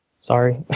sorry